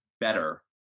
better